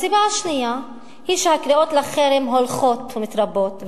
הסיבה השנייה היא שהקריאות לחרם הולכות ומתרבות,